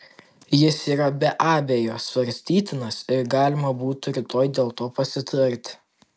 jis yra be abejo svarstytinas ir galima būtų rytoj dėl to pasitarti